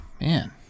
Man